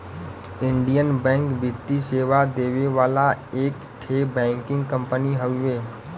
Indian bank वित्तीय सेवा देवे वाला एक ठे बैंकिंग कंपनी हउवे